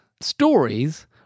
stories